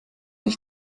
ich